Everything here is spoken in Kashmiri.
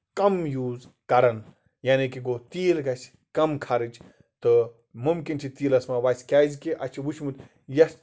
کَم یوٗز کرن یعنی کہِ گوو تیٖل گژھِ کَم خرٕچ تہٕ مُمکِن چھُ تیٖلَس ما وَسہِ کیازِ کہِ اَسہِ چھُ وٕچھمُت یۄس